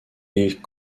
les